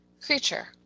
creature